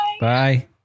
Bye